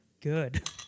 good